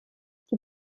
die